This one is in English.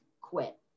quit